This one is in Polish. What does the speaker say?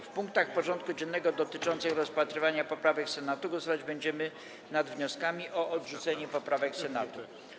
W punktach porządku dziennego dotyczących rozpatrywania poprawek Senatu głosować będziemy nad wnioskami o odrzucenie poprawek Senatu.